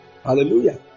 Hallelujah